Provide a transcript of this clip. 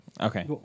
Okay